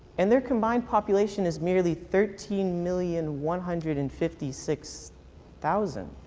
and their combined population is merely thirteen million one hundred and fifty six thousand.